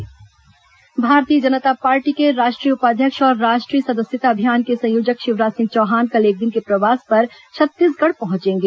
शिवराज सिंह चौहान छत्तीसगढ़ भारतीय जनता पार्टी के राष्ट्रीय उपाध्यक्ष और राष्ट्रीय सदस्यता अभियान के संयोजक शिवराज सिंह चौहान कल एक दिन के प्रवास पर छत्तीसगढ़ पहुंचेंगे